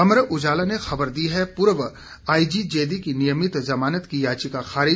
अमर उजाला ने खबर दी है पूर्व आईजी जैदी की नियमित जमानत की याचिका खारिज